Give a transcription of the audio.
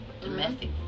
domestic